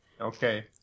Okay